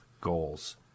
Goals